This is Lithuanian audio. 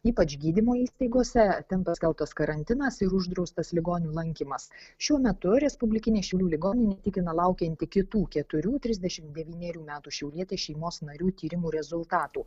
ypač gydymo įstaigose ten paskelbtas karantinas ir uždraustas ligonių lankymas šiuo metu respublikinė šiaulių ligoninė tikina laukianti kitų keturių trisdešimt devynerių metų šiaulietės šeimos narių tyrimų rezultatų